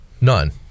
None